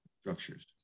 structures